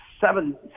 seven